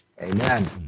Amen